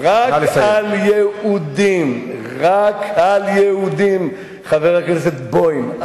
רק על יהודים, רק על יהודים, חבר הכנסת בוים.